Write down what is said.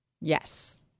Yes